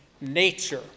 nature